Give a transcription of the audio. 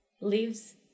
leaves